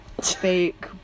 fake